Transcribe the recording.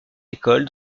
école